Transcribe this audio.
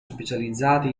specializzati